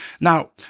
Now